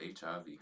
HIV